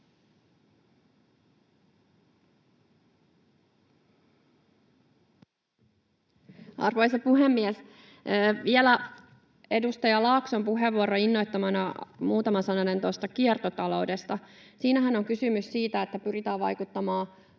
Arvoisa puhemies! Vielä edustaja Laakson puheenvuoron innoittamana muutama sananen kiertotaloudesta. Siinähän on kysymys siitä, että pyritään vaikuttamaan